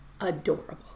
adorable